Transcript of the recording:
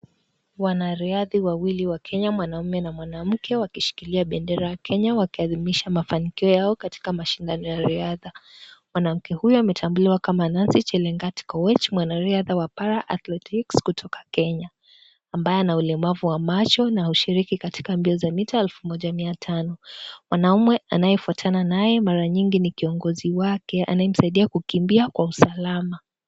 Wanariadha wawili wa Kenya mwanaume na mwanamke wakishikilia bendera ya Kenya wakiathimisha mafanikio yao katika mashindano ya riadha, mwanamke huyu ametambuliwa kama Nancy Chelangat Koech mwanariadha wa Paraathletics kutoka Kenya, ambaye ana ulemavu wa macho na hushiriki katika mbio za mita elfu moja mia tano, mwanaume anayefuatana naye mara mingi ni kiongozi wake anayemsaidia kukimbia kwa usalama.